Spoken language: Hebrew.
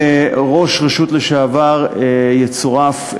וראש רשות לשעבר יצורף,